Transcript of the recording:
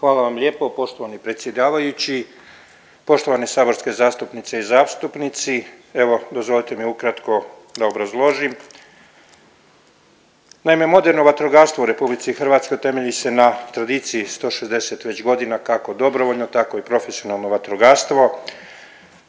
Hvala vam lijepo poštovani predsjedavajući. Poštovane saborske zastupnice i zastupnici. Evo dozvolite mi ukratko da obrazložim, naime moderno vatrogastvo u RH temelji se na tradiciji 160 već godina kako dobrovoljno tako i profesionalno vatrogastvo.